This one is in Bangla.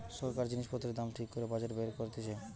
সরকার জিনিস পত্রের দাম ঠিক করে বাজেট বের করতিছে